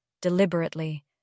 deliberately